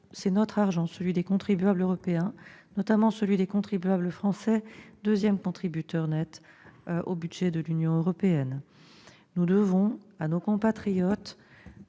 c'est notre argent, celui des contribuables européens, notamment celui des contribuables français, notre pays étant le deuxième contributeur net au budget de l'Union européenne. Nous devons à nos compatriotes